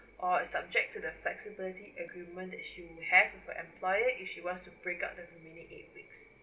or subject to the flexibility agreement that she will have with the employer if she wants to break up the remaining eight weeks